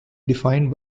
defined